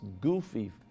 goofy